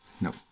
Nope